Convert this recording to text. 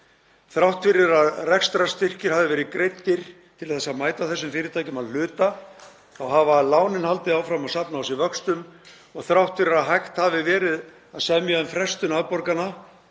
Þrátt fyrir að rekstrarstyrkir hafi verið greiddir til að mæta þessum fyrirtækjum að hluta hafa lánin haldið áfram að safna á sig vöxtum og þrátt fyrir að hægt hafi verið að semja um frestun afborgana